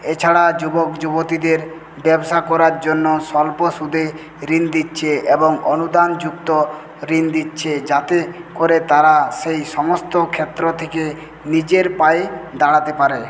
এছাড়া যুবক যুবতীদের ব্যবসা করার জন্য স্বল্প সুদে ঋণ দিচ্ছে এবং অনুদানযুক্ত ঋণ দিচ্ছে যাতে করে তারা সেই সমস্ত ক্ষেত্র থেকে নিজের পায়ে দাঁড়াতে পারে